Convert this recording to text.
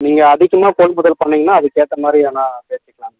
நீங்கள் அதிகமாக கொள்முதல் பண்ணிங்கன்னால் அதுக்கு ஏற்ற மாதிரி வேணுணா பேசிக்கலாம்மா